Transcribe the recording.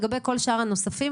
לגבי כל שאר הנוספים,